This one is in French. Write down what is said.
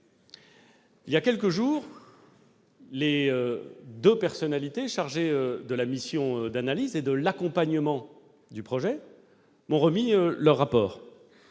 18 janvier dernier, les deux personnalités chargées de l'analyse et de l'accompagnement du projet m'ont remis leur rapport.